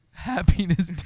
Happiness